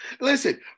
Listen